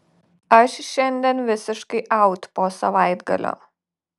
aš šiandien visiškai aut po savaitgalio